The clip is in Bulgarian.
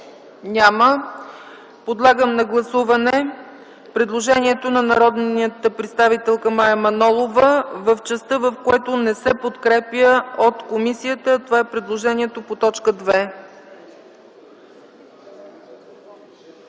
Няма. Подлагам на гласуване предложението на народния представител Мая Манолова в частта, в която не се подкрепя от комисията – това е предложението по т. 2.